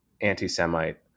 anti-Semite